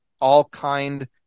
all-kind